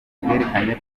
bwerekanye